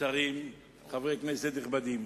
שרים, חברי כנסת נכבדים,